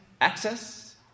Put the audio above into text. access